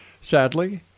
Sadly